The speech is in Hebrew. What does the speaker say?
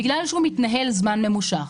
בגלל שהוא מתנהל זמן ממושך,